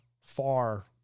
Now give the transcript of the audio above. far